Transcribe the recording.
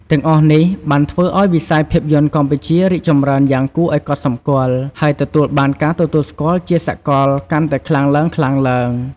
ទាំងអស់នេះបានធ្វើឱ្យវិស័យភាពយន្តកម្ពុជា រីកចម្រើនយ៉ាងគួរឱ្យកត់សម្គាល់ ហើយទទួលបាន ការទទួលស្គាល់ជាសាកល កាន់តែខ្លាំងឡើងៗ។